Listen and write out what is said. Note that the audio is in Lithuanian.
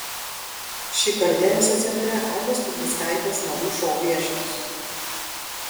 šįkart dėmesio centre agnės kuzmickaitės madų šou viešnios